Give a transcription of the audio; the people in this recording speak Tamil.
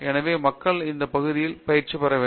எனவே மக்கள் ஒரு பகுதியில் பயிற்சி பெற வேண்டும்